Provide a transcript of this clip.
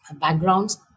backgrounds